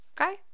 okay